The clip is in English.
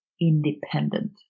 Independent